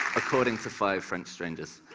according to five french strangers.